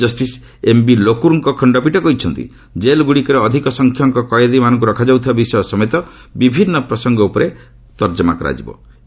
justice ଏମ୍ବିଲୋକୁରଙ୍କ ଖଖ୍ତପୀଠ କହିଛନ୍ତି କେଲ୍ ଗୁଡ଼ିକରେ ଅଧିକ ସଂଖ୍ୟକ କଏଦୀ ମାନଙ୍କୁ ରଖାଯାଉଥିବା ବିଷୟ ସମେତ ବିଭିନ୍ନ ପ୍ରସଙ୍ଗ ଉପରେ କମିଟି ସମୀକ୍ଷା କରିବେ